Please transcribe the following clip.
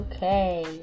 Okay